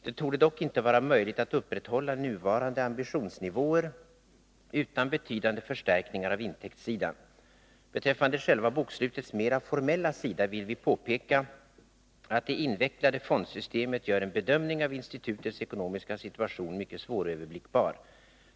Det torde dock inte vara möjligt att upprätthålla nuvarande ambitionsnivåer utan betydande förstärkningar av intäktssidan. Beträffande själva bokslutets mera formella sida vill vi påpeka, att det invecklade fondsystemet gör en bedömning av institutets ekonomiska situation mycket svåröverblickbar.